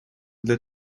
для